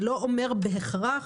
זה לא אומר בהכרח,